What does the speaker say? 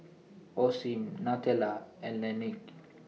Osim Nutella and Laneige